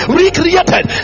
recreated